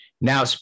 now